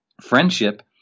Friendship